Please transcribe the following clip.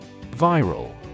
Viral